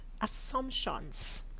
assumptions